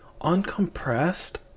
uncompressed